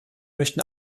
möchten